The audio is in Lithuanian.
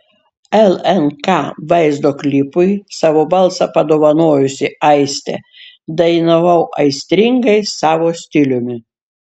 lnk vaizdo klipui savo balsą padovanojusi aistė dainavau aistringai savo stiliumi